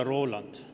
Roland